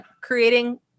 creating